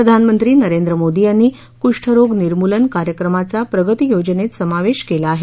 प्रधानमंत्री नरेंद्र मोदी यांनी कुष्ठरोग निर्मूलन कार्यक्रमाचा प्रगती योजनेत समाविष्ट केला आहे